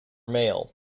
male